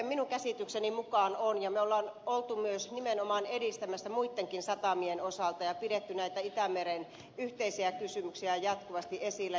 minun käsitykseni mukaan on ja me olemme olleet myös nimenomaan edistämässä muittenkin satamien osalta ja pidetty näitä itämeren yhteisiä kysymyksiä jatkuvasti esillä